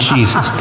Jesus